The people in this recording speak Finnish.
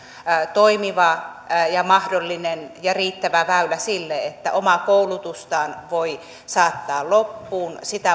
toimiva ja mahdollinen ja riittävä väylä sille että omaa koulutustaan voi saattaa loppuun sitä